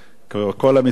כל המציל נפש,